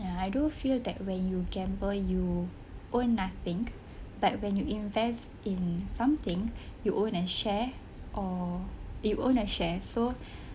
ya I do feel that when you gamble you own nothing but when you invest in something you own a share or you own a share so